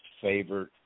favorite